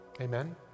Amen